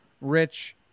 rich